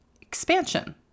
expansion